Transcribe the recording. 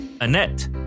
Annette